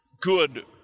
good